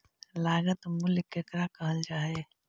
लागत मूल्य केकरा कहल जा हइ?